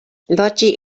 loĝi